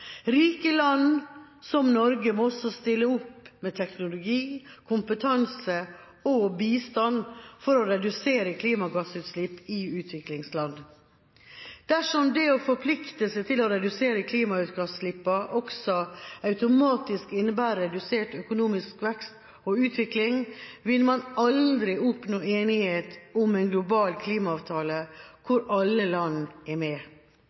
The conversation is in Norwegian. Rike land som Norge må også stille opp med teknologi, kompetanse og bistand for å redusere klimagassutslipp i utviklingsland. Dersom det å forplikte seg til å redusere klimagassutslippene også automatisk innebærer redusert økonomisk vekst og utvikling, vil man aldri oppnå enighet om en global klimaavtale hvor alle land er med.